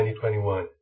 2021